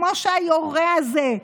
כמו שהיורה הזה,